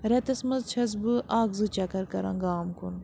رٮ۪تَس منٛز چھَس بہٕ اَکھ زٕ چَکَر کَران گام کُن